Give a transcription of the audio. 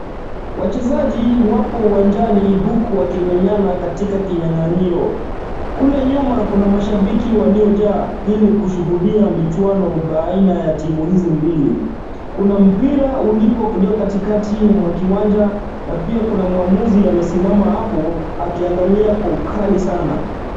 Wachezaji wapo uwanjani huku wakimenyana katika kinyang'anyiro. Kule nyuma kuna mashabiki waliojaa ili kushuhudia michuano baina ya timu hizi mbili. Kuna mpira ulio katikati mwa kiwanja na pia kuna mwamuzi amesimama hapo akiangalia kwa ukali sana.